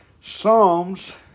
Psalms